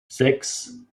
sechs